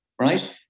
right